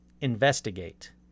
investigate